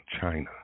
China